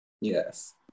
yes